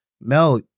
Mel